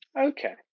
okay